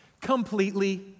completely